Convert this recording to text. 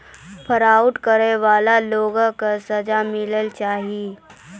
fraud करै बाला लोगो के सजा मिलना चाहियो